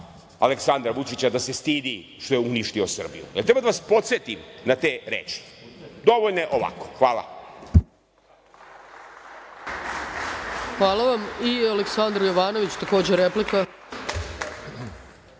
Aleksandra Vučića da se stidi što je uništio Srbiju. Jel treba da vas podsetim na te reči? Dovoljno je ovako. Hvala. **Ana Brnabić** Hvala. Aleksandar Jovanović, takođe replika.